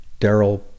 Daryl